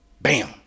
Bam